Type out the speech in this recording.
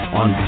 on